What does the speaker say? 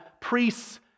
priests